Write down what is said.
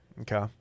Okay